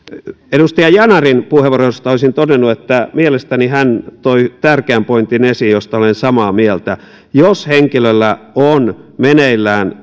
edustaja yanarin puheenvuorosta olisin todennut että mielestäni hän toi tärkeän pointin esiin josta olen samaa mieltä jos henkilöllä on meneillään